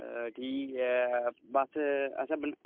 ठीक ऐ बस असें